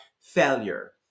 failure